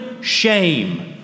shame